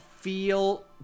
feel